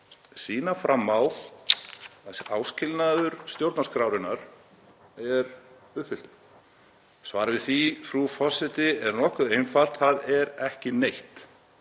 sýna fram á að áskilnaður stjórnarskrárinnar sé uppfylltur? Svarið við því, frú forseti, er nokkuð einfalt: Það er ekki neitt.